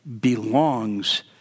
belongs